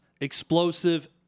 explosive